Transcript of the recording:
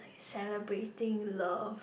celebrating love